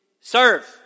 serve